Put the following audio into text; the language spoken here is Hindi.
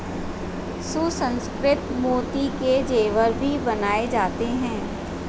सुसंस्कृत मोती के जेवर भी बनाए जाते हैं